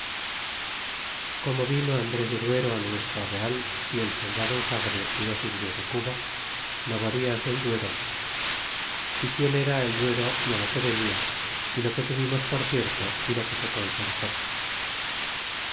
como vino andres de duero á nuestro real y el soldado usagre y dos indios de cuba naborias del duero y quien era el duero y lo que venia y lo que tuvimos por cierto y lo que se concertó